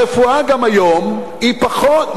הרפואה גם היום היא פחות,